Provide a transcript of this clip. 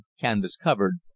canvas-covered